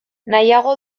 nahiago